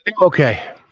Okay